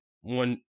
one